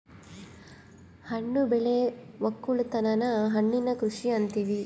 ಹಣ್ಣು ಬೆಳೆ ವಕ್ಕಲುತನನ ಹಣ್ಣಿನ ಕೃಷಿ ಅಂತಿವಿ